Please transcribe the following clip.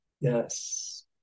yes